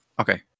Okay